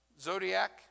zodiac